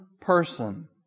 person